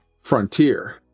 Frontier